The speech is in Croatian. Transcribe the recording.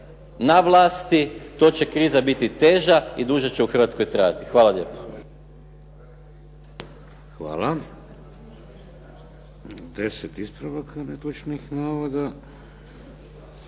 na vlasti, to će kriza biti teža i duže će u Hrvatskoj trajati. Hvala lijepo. **Šeks, Vladimir (HDZ)** Hvala. 10 ispravaka netočnih navoda.